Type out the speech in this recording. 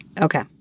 Okay